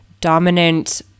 dominant